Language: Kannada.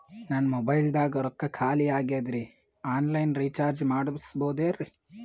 ನನ್ನ ಮೊಬೈಲದಾಗ ರೊಕ್ಕ ಖಾಲಿ ಆಗ್ಯದ್ರಿ ಆನ್ ಲೈನ್ ರೀಚಾರ್ಜ್ ಮಾಡಸ್ಬೋದ್ರಿ?